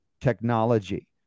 technology